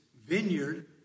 vineyard